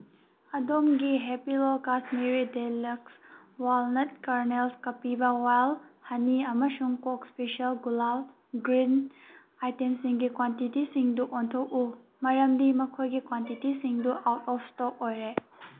ꯑꯗꯣꯝꯒꯤ ꯍꯦꯄꯤꯂꯣ Kashmiri deluxe walnut kernels ꯀꯄꯤꯕ ꯋꯥꯏꯜ ꯍꯅꯤ ꯑꯃꯁꯨꯡ ꯀꯣꯛ ꯏꯁꯄꯤꯁꯦꯜ ꯒꯨꯂꯥꯜ ꯒ꯭ꯔꯤꯟ ꯑꯥꯏꯇꯦꯝꯁꯤꯡꯒꯤ ꯀ꯭ꯋꯥꯟꯇꯤꯇꯤꯁꯤꯡꯗꯨ ꯑꯣꯟꯊꯣꯛꯎ ꯃꯔꯝꯗꯤ ꯃꯈꯣꯏꯒꯤ ꯀ꯭ꯋꯥꯟꯇꯤꯇꯤꯁꯤꯡꯗꯨ ꯑꯥꯎꯠ ꯑꯣꯐ ꯏꯁꯇꯣꯛ ꯑꯣꯏꯔꯦ